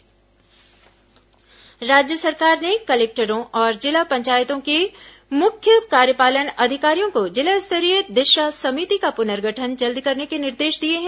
दिशा समिति पूनर्गठन राज्य सरकार ने कलेक्टरों और जिला पंचायत के मुख्य कार्यपालन अधिकारियों को जिला स्तरीय दिशा समिति का पुनर्गठन जल्द करने के निर्देश दिए हैं